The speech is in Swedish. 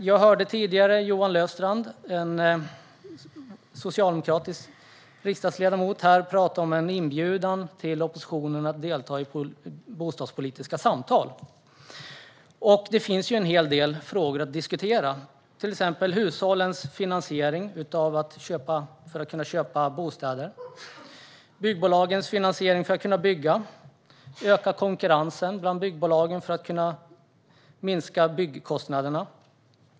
Jag hörde tidigare Johan Löfstrand, socialdemokratisk riksdagsledamot, tala om en inbjudan till oppositionen att delta i bostadspolitiska samtal. Det finns en hel del frågor att diskutera. Vi har till exempel hushållens finansiering för att köpa bostad, byggbolagens finansiering för att kunna bygga och ökad konkurrens mellan byggbolagen för att sänka byggkostnaderna.